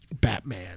Batman